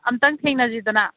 ꯑꯝꯇꯪ ꯊꯦꯡꯅꯁꯤꯗꯅ